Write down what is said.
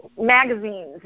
magazines